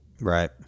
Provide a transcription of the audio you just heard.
right